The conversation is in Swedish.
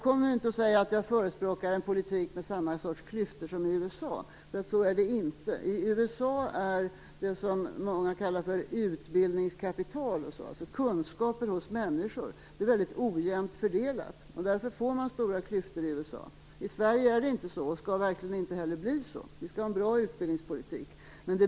Kom nu inte och säg att jag förespråkar en politik med samma sorts klyftor som i USA. Så är det inte. I USA är det som många kallar för utbildningskapitalet, alltså kunskaper hos människor, väldigt ojämnt fördelat. Därför får man stora klyftor i USA. I Sverige är det inte så, och skall verkligen inte heller bli så. Vi skall ha en bra utbildningspolitik.